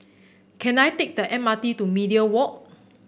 can I take the M R T to Media Walk